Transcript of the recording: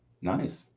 Nice